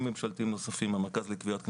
ממשלתיים נוספים: המרכז לגביית קנסות,